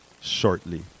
shortly